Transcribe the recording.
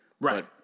Right